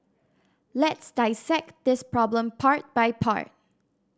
let's dissect this problem part by part